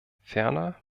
ferner